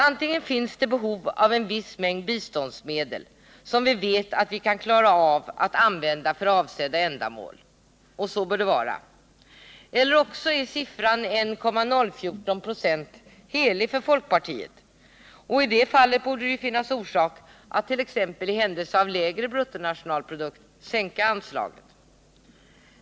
Antingen finns det behov av en viss mängd biståndsmedel för att användas till avsedda ändamål, eller också är siffran 1,014 96 helig för folkpartiet. Herr talman!